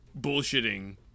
Bullshitting